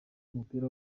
w’umupira